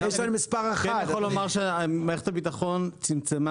אני כן יכול לומר שמערכת הביטחון צמצמה